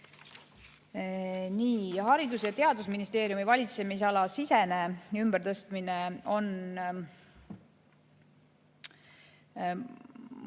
Haridus‑ ja Teadusministeeriumi valitsemisala sisene ümbertõstmine on